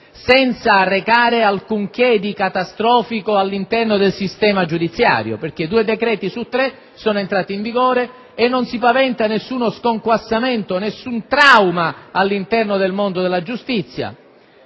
senza arrecare alcunché di catastrofico all'interno del sistema giudiziario. Due decreti su tre sono entrati in vigore e non si paventa alcun trauma o sconquassamento all'interno del mondo della giustizia.